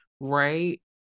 Right